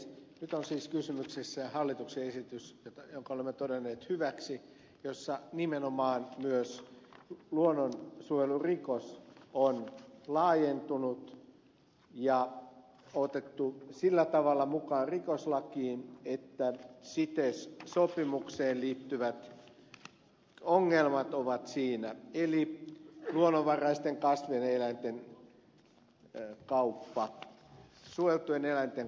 nyt on siis kysymyksessä hallituksen esitys jonka olemme todenneet hyväksi jossa nimenomaan myös luonnonsuojelurikos on laajentunut ja se on otettu sillä tavalla mukaan rikoslakiin että cites sopimukseen liittyvät ongelmat ovat siinä eli luonnonvaraisten kasvien ja eläinten kauppa suojeltujen eläinten kauppa